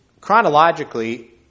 chronologically